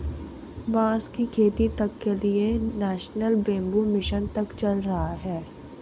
बांस की खेती तक के लिए नेशनल बैम्बू मिशन तक चल रहा है